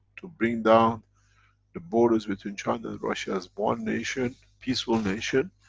to bring down the borders between china and russia as one nation, peaceful nation,